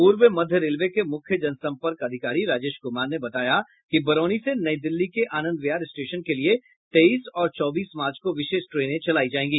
पूर्व मध्य रेलवे के मुख्य जनसम्पर्क अधिकारी राजेश कुमार ने बताया है कि बरौनी से नई दिल्ली के आनंद विहार स्टेशन के लिए तेईस और चौबीस मार्च को विशेष ट्रेने चलाई जाएगी